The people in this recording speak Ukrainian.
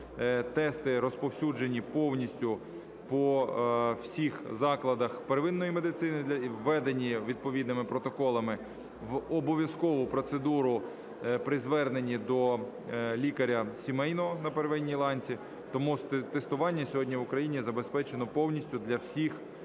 тести розповсюджені повністю по всіх закладах первинної медицини, введенні відповідними протоколами в обов'язкову процедуру при зверненні до лікаря сімейного на первинній ланці. Тому тестування сьогодні в Україні забезпечено повністю для всіх